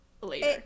later